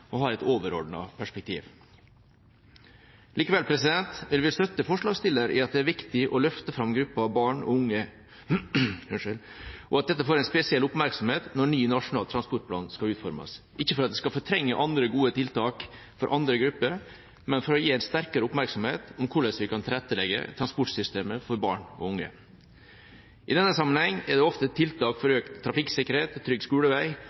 og har et overordnet perspektiv. Likevel vil vi støtte forslagsstillerne i at det er viktig å løfte fram gruppa barn og unge, og at dette får en spesiell oppmerksomhet når ny nasjonal transportplan skal utformes – ikke for at det skal fortrenge andre gode tiltak for andre grupper, men for å skape en sterkere oppmerksomhet rundt hvordan vi kan tilrettelegge transportsystemet for barn og unge. I denne sammenheng er det ofte tiltak for økt trafikksikkerhet, trygg skolevei